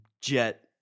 jet